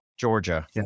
Georgia